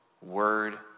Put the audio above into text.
word